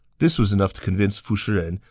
this was enough to convince fu shiren,